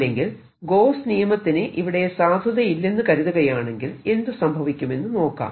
അല്ലെങ്കിൽ ഗോസ്സ് നിയമത്തിന് ഇവിടെ സാധുതയില്ലെന്നു കരുതുകയാണെങ്കിൽ എന്ത് സംഭവിക്കുമെന്ന് നോക്കാം